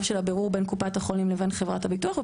של הבירור בין קופת החולים לבין חברת הביטוח.